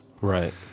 Right